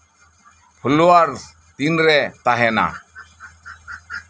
followers ᱛᱤᱱᱨᱮ ᱛᱟᱦᱮᱱᱟ